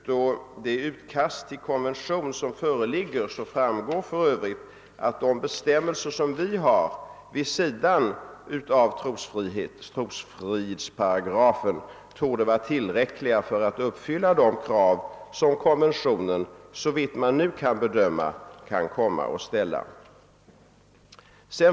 Av det utkast till konvention som föreligger framgår för övrigt att de bestämmelser, som vi har vid sidan av trosfridsparagrafen, torde vara tillräckliga för att uppfylla de krav som konventionen, såvitt man nu kan bedöma, kan komma att ställa.